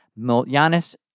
Giannis